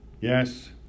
Yes